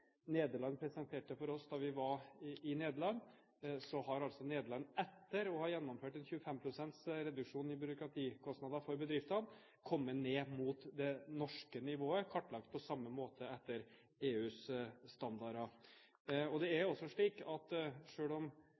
Nederland presenterte for oss da vi var i Nederland, viser at Nederland etter å ha gjennomført 25 pst. reduksjon i bruk av tid-kostnader for bedriftene har kommet ned mot det norske nivået, kartlagt på samme måte, etter EUs standarder. Selv om undersøkelser viser at det er